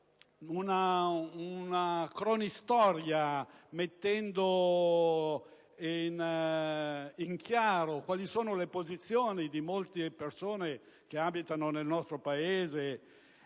una cronistoria mettendo in chiaro le posizioni di molte persone che abitano nel nostro Paese.